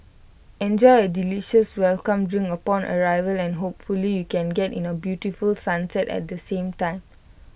enjoy A delicious welcome drink upon arrival and hopefully you can get in the beautiful sunset at the same time